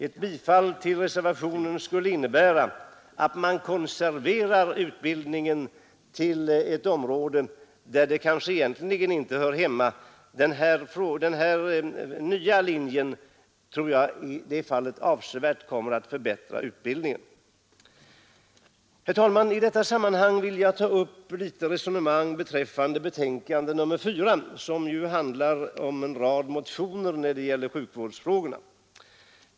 Ett bifall till "reservationen skulle innebära att man konserverar utbildningen till ett område där den kanske egentligen inte hör hemma. Jag tror att den här nya linjen i det fallet avsevärt kommer att förbättra utbildningen. Herr talman! I detta sammanhang vill jag ta upp ett litet resonemang om socialutskottets betänkande nr 4, som behandlar en rad motioner beträffande sjukvårdsfrågorna.